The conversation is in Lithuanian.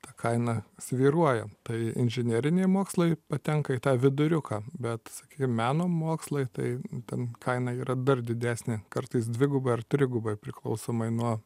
ta kaina svyruoja tai inžineriniai mokslai patenka į tą viduriuką bet sakykim meno mokslai tai ten kaina yra dar didesnė kartais dvigubai ar trigubai priklausomai nuo